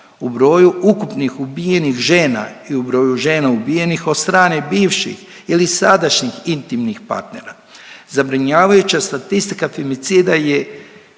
u broju ukupnih ubijenih žena i u broju žena ubijenih od strane bivših ili sadašnjih intimnih partnera. Zabrinjavajuća statistika femicida je